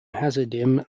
hasidim